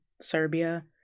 Serbia